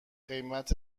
قیمت